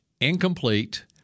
incomplete